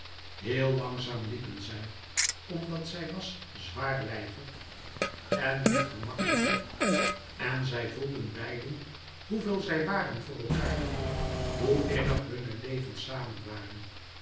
heel langzaam liepen zij omdat zij was zwaarlijvig en niet gemakkelijk liep en zij voelden beiden hoeveel zij waren voor elkaâr hoe innig hunne levens samen waren